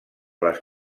les